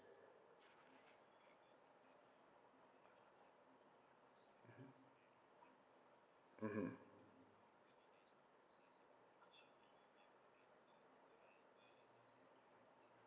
mmhmm